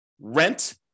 rent